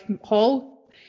hall